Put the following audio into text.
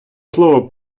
слово